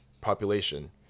population